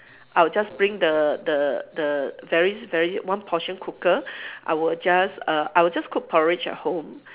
I'll just bring the the the very very one portion cooker I will just err I will just cook porridge at home